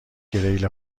گریل